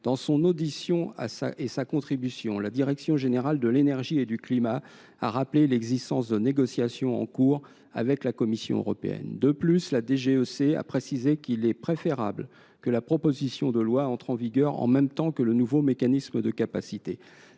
Dans son audition et sa contribution, la direction générale de l’énergie et du climat a rappelé l’existence de négociations en cours avec la Commission européenne. De plus, elle a précisé qu’il serait préférable que la proposition de loi entre en vigueur en même temps que le nouveau mécanisme de capacité.